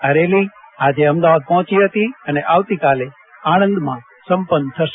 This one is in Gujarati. આ રેલી આજે અમદાવાદ પહોંચી હતી અને આવતી કાલે આણંદમાં સંપન્ન થશે